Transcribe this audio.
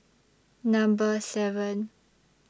Number seven